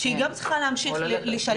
שהיא גם צריכה להמשיך לשלם,